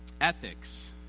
ethics